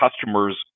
customers